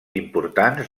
importants